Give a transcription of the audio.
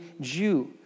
Jew